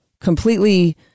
completely